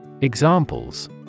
Examples